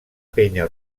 penya